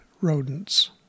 rodents